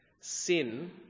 Sin